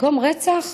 במקום רצח,